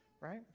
Right